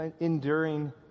enduring